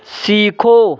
सीखो